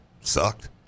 sucked